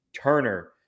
Turner